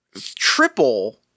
triple